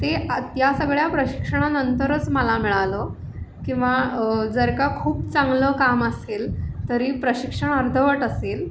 ते या सगळ्या प्रशिक्षणानंतरच मला मिळालं किंवा जर का खूप चांगलं काम असेल तरी प्रशिक्षण अर्धवट असेल